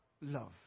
love